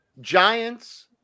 Giants